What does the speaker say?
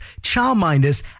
childminders